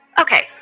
Okay